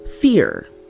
fear